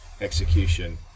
execution